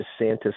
DeSantis